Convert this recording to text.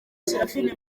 seraphine